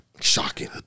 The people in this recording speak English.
shocking